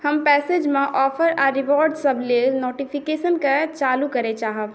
हम पेजैप मे ऑफर आ रिवार्ड सभ लेल नोटिफिकेशन केँ चालू करऽ चाहब